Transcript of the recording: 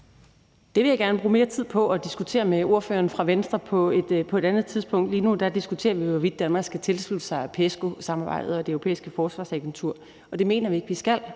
Det vil jeg gerne bruge mere tid på at diskutere med ordføreren fra Venstre på et andet tidspunkt. Lige nu diskuterer vi jo, hvorvidt Danmark skal tilslutte sig PESCO-samarbejdet og Det Europæiske Forsvarsagentur, og det mener vi ikke vi skal,